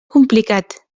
complicat